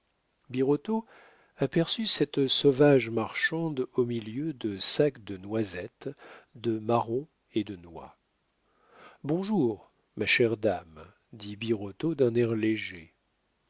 aperçut cette sauvage marchande au milieu de sacs de noisettes de marrons et de noix bonjour ma chère dame dit birotteau d'un air léger